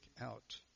out